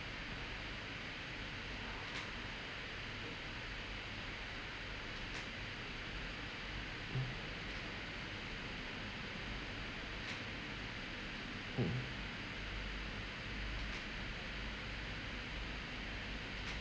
mm